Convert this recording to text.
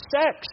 sex